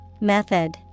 Method